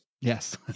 Yes